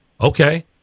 okay